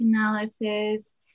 analysis